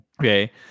okay